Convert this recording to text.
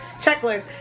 checklist